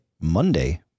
Monday